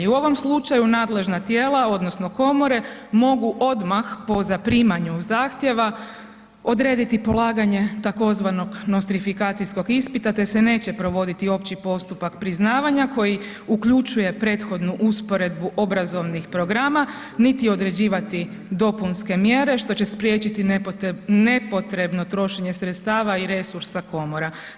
U ovom slučaju nadležna tijela odnosno komore mogu odmah po zaprimanju zahtjeva odrediti polaganje tzv. nostrifikacijskog ispita te se neće provoditi opći postupak priznavanja koji uključuje prethodnu usporedbu obrazovnih programa, niti određivati dopunske mjere što će spriječiti nepotrebno trošenje sredstava i resursa komora.